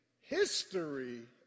history